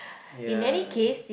ya